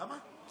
כמה?